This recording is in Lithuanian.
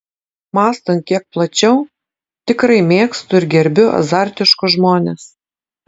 mąstant kiek plačiau tikrai mėgstu ir gerbiu azartiškus žmones